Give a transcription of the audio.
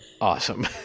awesome